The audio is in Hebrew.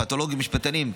פתולוגים-משפטנים.